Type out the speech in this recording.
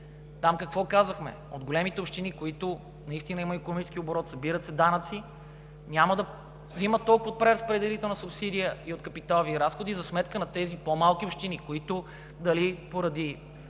Там какво казахме? От големите общини, които наистина имат икономически оборот, се събират данъци, няма да взимат толкова преразпределителна субсидия и от капиталови разходи за сметка на тези по-малки общини, които дали поради